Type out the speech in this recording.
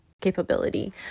capability